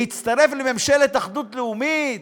להצטרף לממשלת אחדות לאומית.